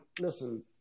listen